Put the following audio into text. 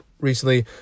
recently